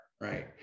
right